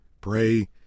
Pray